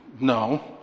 No